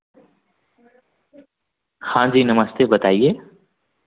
हाँ जी नमस्ते बताइए